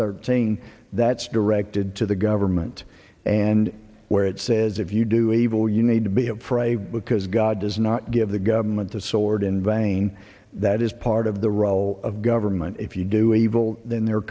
saying that's directed to the government and where it says if you do evil you need to be afraid because god does not give the government the sword in vain that is part of the role of government if you do evil then there are